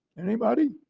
anybody?